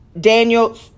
Daniel